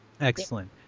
Excellent